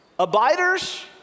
Abiders